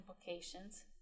implications